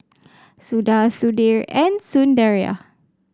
Suda Sudhir and Sundaraiah